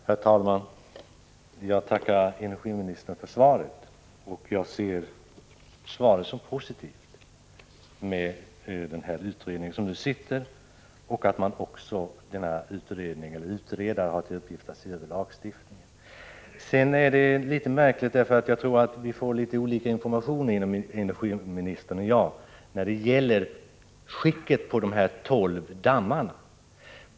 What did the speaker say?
Herr talman! Jag tackar energiministern för svaret, och jag ser det som 14 november 1985 positivt — med den utredning som nu pågår och att utredaren också har till uppgift att se över lagstiftningen. Men det är litet märkligt: jag tror att vi får litet olika information, energiministern och jag, när det gäller skicket på de här tolv dammarna.